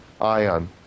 ion